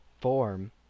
form